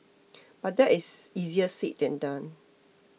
but that is easier said than done